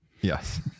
Yes